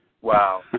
Wow